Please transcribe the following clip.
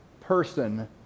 person